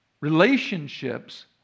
relationships